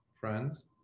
friends